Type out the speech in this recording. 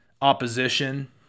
opposition